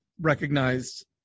recognized